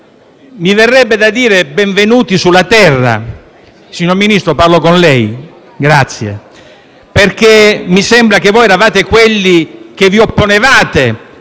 mi verrebbe da dire «benvenuti sulla terra». Signor Ministro, parlo con lei. Mi sembra infatti che voi eravate quelli che vi opponevate